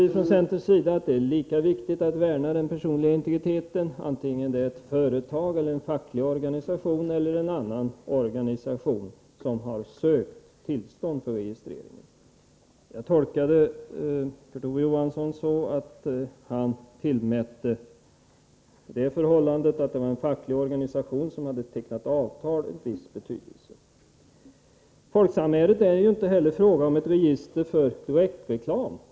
Vi från centerns sida anser att det är lika viktigt att värna den personliga integriteten vare sig det är ett företag, en facklig organisation eller en annan organisation som har sökt tillstånd till registrering. Jag tolkar Kurt Ove Johansson så, att han tillmätte det förhållandet att det var en facklig organisation som hade tecknat avtal en viss betydelse. I Folksamärendet är det ju inte heller fråga om ett register för direktreklam.